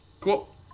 Cool